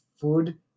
food